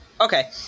okay